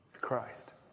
Christ